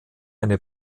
eine